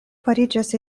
fariĝas